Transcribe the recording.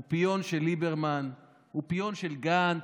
הוא פיון של ליברמן, הוא פיון של גנץ.